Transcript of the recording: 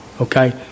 Okay